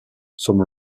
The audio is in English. some